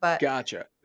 Gotcha